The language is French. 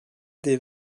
des